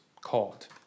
called